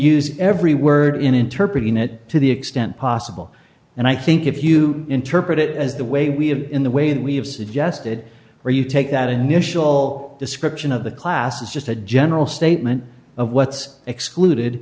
use every word in interpret it to the extent possible and i think if you interpret it as the way we have in the way that we have suggested where you take that initial description of the class it's just a general statement of what's excluded